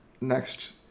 next